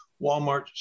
Walmart